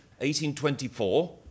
1824